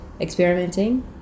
experimenting